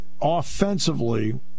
Offensively